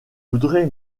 voudrez